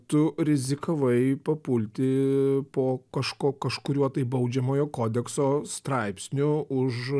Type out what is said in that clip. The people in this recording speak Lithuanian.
tu rizikavai papulti po kažko kažkuriuo tai baudžiamojo kodekso straipsniu už